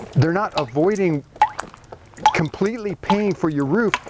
they're not avoiding completely paying for your roof,